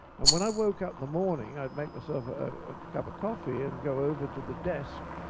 and when i woke up the morning, i'd make myself a cup of coffee and go over to the desk,